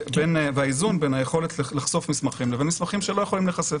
והאיזון בין היכולת לחשוף מסמכים לבין מסמכים שלא יכולים להיחשף,